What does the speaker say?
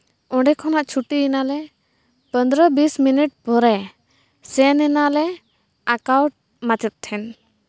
ᱚᱸᱰᱮ ᱠᱷᱚᱱᱟᱜ ᱪᱷᱩᱴᱤᱭᱮᱱᱟᱞᱮ ᱯᱚᱱᱨᱚ ᱵᱤᱥ ᱢᱤᱱᱤᱴ ᱯᱚᱨᱮ ᱥᱮᱱ ᱮᱱᱟᱞᱮ ᱟᱸᱠᱟᱣ ᱢᱟᱪᱮᱫ ᱴᱷᱮᱱ